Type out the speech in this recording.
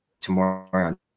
tomorrow